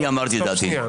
אני אמרתי את דעתי.